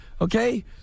okay